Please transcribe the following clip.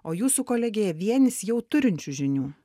o jūsų kolegija vienis jau turinčių žinių